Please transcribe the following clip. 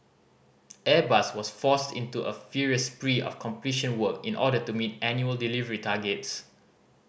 airbus was forced into a furious spree of completion work in order meet annual delivery targets